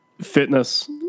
fitness